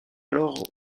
alors